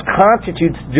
constitutes